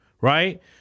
Right